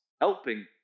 helping